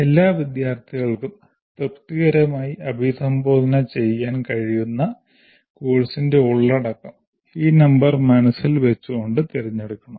എല്ലാ വിദ്യാർത്ഥികൾക്കും തൃപ്തികരമായി അഭിസംബോധന ചെയ്യാൻ കഴിയുന്ന കോഴ്സിന്റെ ഉള്ളടക്കം ഈ നമ്പർ മനസ്സിൽ വച്ചുകൊണ്ട് തിരഞ്ഞെടുക്കണം